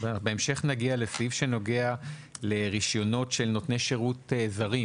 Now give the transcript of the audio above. בהמשך נגיע לסעיף שנוגע לרישיונות של נותני שירות זרים,